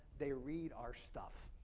they read our stuff.